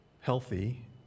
healthy